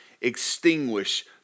extinguish